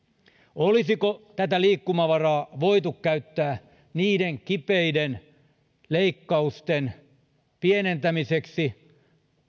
olisiko tätä liikkumavaraa voitu käyttää niiden kipeiden leikkausten pienentämiseksi